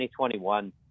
2021